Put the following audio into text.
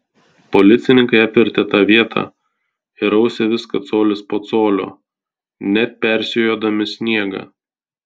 policininkai aptvėrė tą vietą ir rausė viską colis po colio net persijodami sniegą